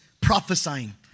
prophesying